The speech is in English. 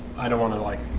i don't want to like